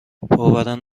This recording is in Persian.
باورم